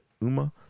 Uma